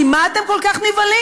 ממה אתם כל כך נבהלים?